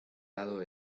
lado